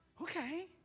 okay